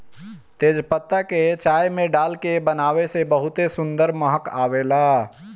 तेजपात के चाय में डाल के बनावे से बहुते सुंदर महक आवेला